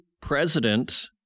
President